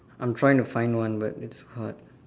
I'm trying to find one but it's hard